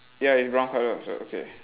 ya it's brown colour also okay